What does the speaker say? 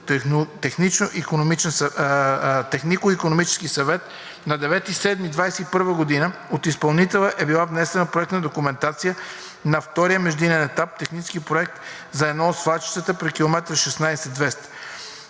технико-икономически съвет. На 9 юли 2021 г. от изпълнителя е била внесена проектна документация на втория междинен етап – технически проект за едно от свлачищата при км 16.200.